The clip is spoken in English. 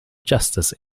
justice